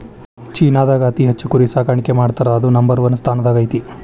ಚೇನಾದಾಗ ಅತಿ ಹೆಚ್ಚ್ ಕುರಿ ಸಾಕಾಣಿಕೆ ಮಾಡ್ತಾರಾ ಅದು ನಂಬರ್ ಒನ್ ಸ್ಥಾನದಾಗ ಐತಿ